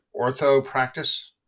orthopractice